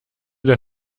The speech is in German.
der